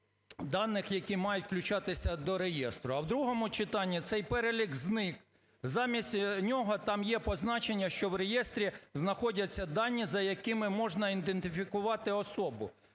даних, які мають включатися до реєстру. А в другому читанні цей перелік зник, замість нього там є позначення, що в реєстрі знаходяться дані, за якими можна ідентифікувати особу.